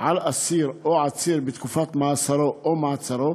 על אסיר או עציר בתקופת מאסרו או מעצרו,